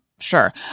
sure